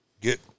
get